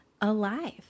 alive